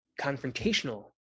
confrontational